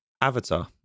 avatar